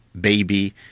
baby